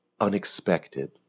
unexpected